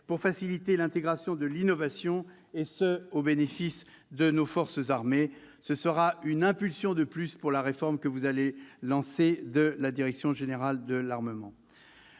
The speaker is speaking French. pour faciliter l'intégration de l'innovation, et ce au bénéfice de nos forces armées. Ce sera une impulsion de plus pour la réforme de la Direction générale de l'armement